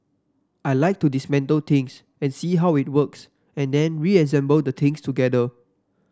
I like to dismantle things and see how it works and then reassemble the things together